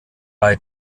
bei